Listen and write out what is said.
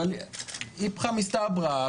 אבל איפכא מסתברא,